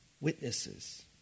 witnesses